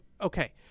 okay